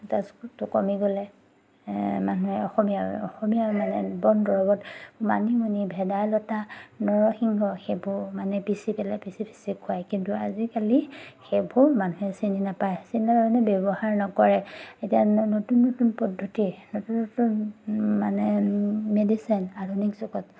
তেজটো কমি গ'লে মানুহে অসমীয়া অসমীয়া মানে বনদৰৱত মানিমুনি ভেদাইলতা নৰসিংহ সেইবোৰ মানে পিচি পেলাই পিচি পিচি খুৱায় কিন্তু আজিকালি সেইবোৰ মানুহে চিনি নাপায় চিনি নাপায় মানে ব্যৱহাৰ নকৰে এতিয়া নতুন নতুন পদ্ধতি নতুন নতুন মানে মেডিচিন আধুনিক যুগত